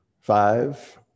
Five